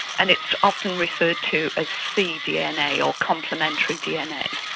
and it's often referred to as cdna or complementary dna.